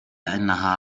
أنها